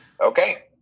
okay